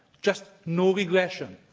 just no regression.